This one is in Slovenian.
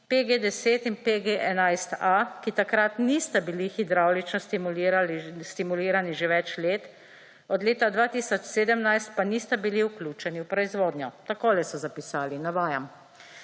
PG10 in PG11A, ki takrat nista bili hidravlično stimulirani že več let od leta 2017 pa nista bili vključeni v proizvodnjo. Takole so zapisali navajam: